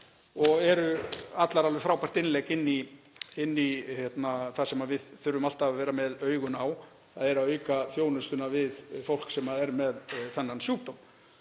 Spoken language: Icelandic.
og eru allar alveg frábært innlegg inn í það sem við þurfum alltaf að vera með augun á, þ.e. að auka þjónustuna við fólk sem er með þennan sjúkdóm.